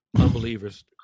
unbelievers